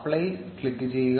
apply ക്ലിക്കുചെയ്യുക